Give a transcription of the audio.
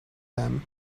them